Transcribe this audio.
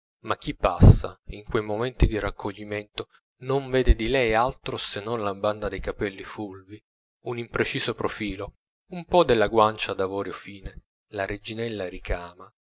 ma chi passa in quei momenti di raccoglimento non vede di lei altro se non la banda dei capelli fulvi un impreciso profilo un pò della guancia d'avorio fine la reginella ricama